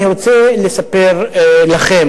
אני רוצה לספר לכם,